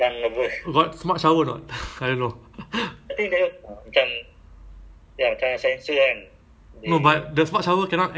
eh but that means right COVID better [what] if let's say because of COVID right the hygiene kan then I think maybe future ah singapore the lift also maybe smart kan